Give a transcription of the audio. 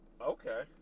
Okay